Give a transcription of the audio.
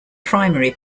primary